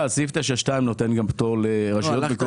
סעיף 9(2) נותן למשל גם פטור לרשויות מקומיות.